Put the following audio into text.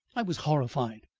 i was horrified,